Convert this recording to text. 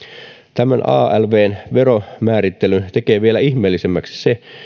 tämän alv veromäärittelyn tekee vielä ihmeellisemmäksi se